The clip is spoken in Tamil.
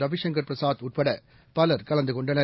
ரவிசங்கர் பிரசாத் உட்படபலர் கலந்துகொண்டனர்